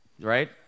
right